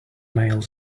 male